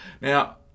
Now